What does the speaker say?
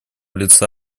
лица